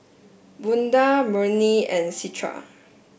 Bunga Murni and Citra